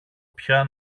πια